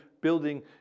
building